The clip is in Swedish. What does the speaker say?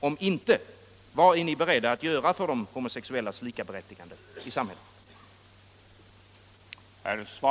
Om inte, vad är ni beredda att göra för de homosexuellas likaberättigande i samhället?